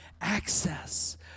access